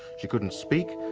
she couldn't speak,